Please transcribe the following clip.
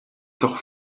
doch